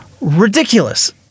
ridiculous